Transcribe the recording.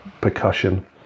percussion